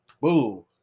Boom